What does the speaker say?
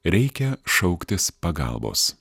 reikia šauktis pagalbos